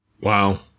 wow